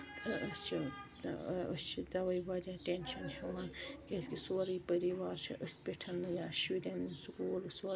تہٕ أسۍ چھِ أسۍ چھِ توے واریاہ ٹٮ۪نشن ہیٚوان کیازِ کہِ سورُے پٔریوار چھُ أتھۍ پٮ۪ٹھ یا شُرٮ۪ن ہُند سکوٗل سورُے